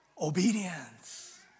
Obedience